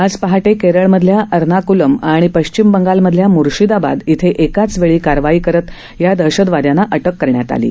आज पहाटे केरळमधील एर्णाकलम आणि पश्चिम बंगालमधील मुर्शिदाबाद इथं एकाच वेळी कारवाई करत या दहशतवाद्यांना अटक करण्यात आलं आहे